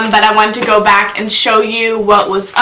but i wanted to go back and show you what was up,